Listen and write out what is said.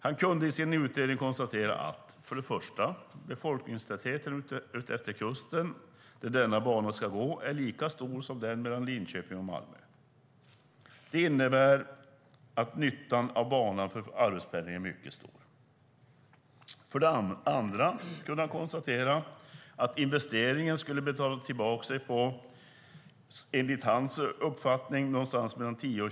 Han har i sin utredning konstaterat att för det första är befolkningstätheten utefter kusten där denna bana ska gå lika stor som den mellan Linköping och Malmö. Det innebär att nyttan av banan för arbetspendling är mycket stor. För det andra har han konstaterat att investeringen har en återbetalningstid på 10-20 år.